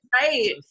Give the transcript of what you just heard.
right